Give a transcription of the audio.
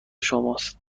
شماست